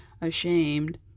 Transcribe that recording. ashamed